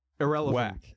irrelevant